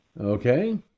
Okay